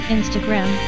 Instagram